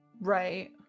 Right